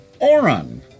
Oran